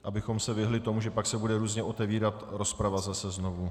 Abychom se vyhnuli tomu, že pak se bude různě otevírat rozprava zase znovu.